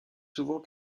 souvent